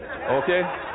okay